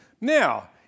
Now